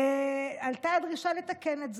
עלתה הדרישה לתקן את זה.